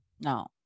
No